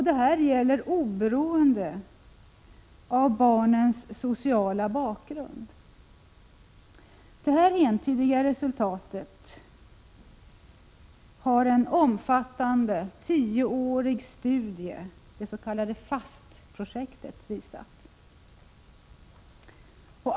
Detta gäller oberoende av barnens sociala bakgrund. Detta entydiga resultat har en omfattande tioårig studie, det s.k. FAST-projektet, visat.